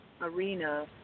arena